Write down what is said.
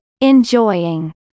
enjoying